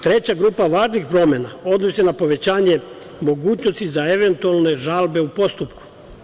Treća grupa važnih promena odnosi se na povećanje mogućnosti za eventualne žalbe u postupku.